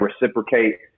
reciprocate